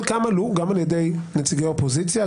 חלקן עלו גם על ידי נציגי האופוזיציה,